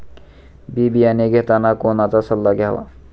बी बियाणे घेताना कोणाचा सल्ला घ्यावा?